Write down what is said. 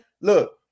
look